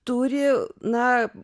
turi na